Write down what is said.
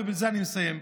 ובזה אני מסיים,